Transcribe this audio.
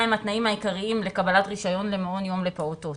הם התנאים העיקריים לקבלת רישיון למעון יום לפעוטות,